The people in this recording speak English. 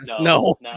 No